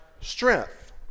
strength